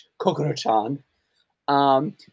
Kokoro-chan